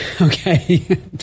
Okay